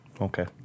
Okay